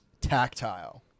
tactile